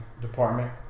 department